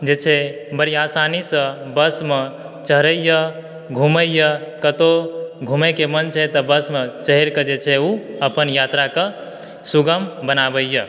जे छै बड़ी आसानीसँ बसमे चढ़यए घुमयए कतहुँ घूमयके मन छै तऽ बसमे चढ़िकऽ जे छै ओ अपन यात्राके सुगम बनाबयए